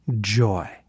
joy